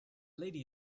lady